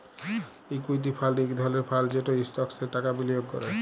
equity fund ইক ধরলের fund যেট ইস্টকসে টাকা বিলিয়গ ক্যরে